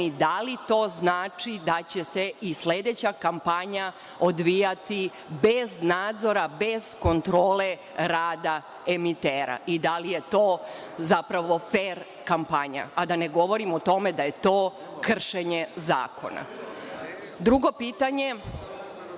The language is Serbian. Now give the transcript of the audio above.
Da li to znači da će se i sledeća kampanja odvijati bez nadzora, bez kontrole rada emitera? Da li je to zapravo fer kampanja? Da ne govorim o tome da je to kršenje zakona. Drugo pitanje